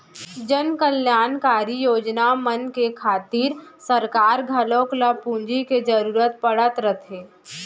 जनकल्यानकारी योजना मन के खातिर सरकार घलौक ल पूंजी के जरूरत पड़त रथे